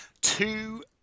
two